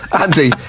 Andy